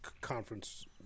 conference